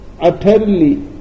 utterly